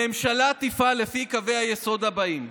הממשלה תפעל לפי קווי היסוד הבאים: